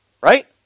right